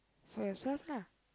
for yourself lah